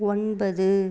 ஒன்பது